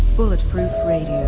bulletproof radio,